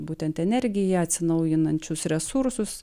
būtent energiją atsinaujinančius resursus